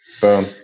Boom